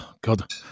God